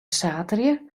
saterdei